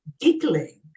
giggling